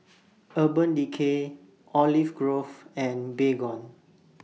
Urban Decay Olive Grove and Baygon